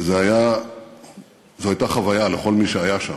וזו הייתה חוויה לכל מי שהיה שם,